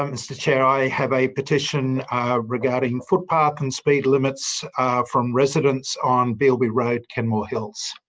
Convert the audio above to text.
um mr chair, i have a petition regarding footpath and speed limits from residents on bilby road, kenmore hills.